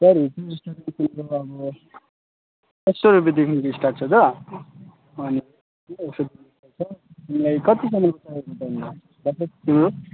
चियरहरू चाहिँ जस्तो कि अब एक सौ रुपियाँदेखिको स्टार्ट छ त अनि तिमीलाई कतिसम्म चाहिएको चाहिन बजट तिम्रो